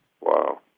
Wow